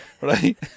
Right